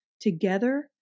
Together